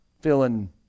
feeling